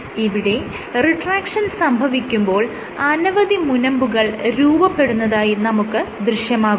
ഇവിടെ റിട്രാക്ഷൻ സംഭവിക്കുമ്പോൾ അനവധി മുനമ്പുകൾ രൂപപ്പെടുന്നതായി നമുക്ക് ദൃശ്യമാകുന്നു